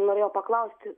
norėjau paklausti